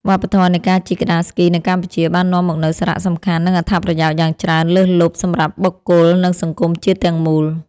វប្បធម៌នៃការជិះក្ដារស្គីនៅកម្ពុជា បាននាំមកនូវសារៈសំខាន់ និងអត្ថប្រយោជន៍យ៉ាងច្រើនលើសលប់សម្រាប់បុគ្គល និងសង្គមជាតិទាំងមូល។